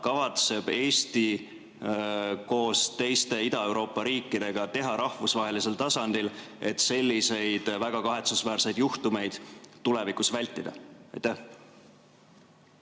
kavatseb Eesti koos teiste Ida-Euroopa riikidega teha rahvusvahelisel tasandil, et selliseid väga kahetsusväärseid juhtumeid tulevikus vältida? Aitäh!